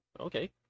Okay